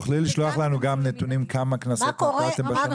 תוכלי לשלוח לנו גם נתונים כמה קנסות נתתם בשנה האחרונה?